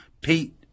Pete